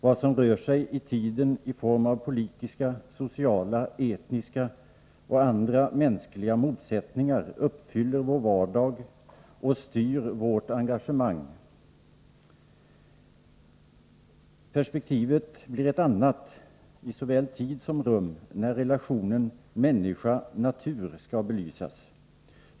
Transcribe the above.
Vad som rör sig i tiden i form av politiska, sociala, etniska och andra mänskliga motsättningar uppfyller vår vardag och styr vårt engagemang. Perspektivet blir ett annat, i såväl tid som rum, när relationen människa-natur skall belysas.